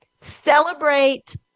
Celebrate